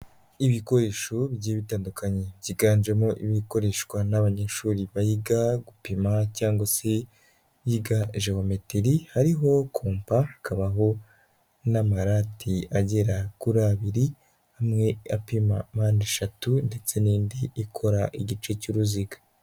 Ibikoresho bigiye bitandukanye, byiganjemo ibikoreshwa n'abanyeshuri biga gupima cyangwa se yiga Jewometiri, hariho kompa, hakabaho n'amarati agera kuri abiri, amwe apima mpandeshatu ndetse n'indi ikora igice cy'uruziga.